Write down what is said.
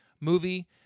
movie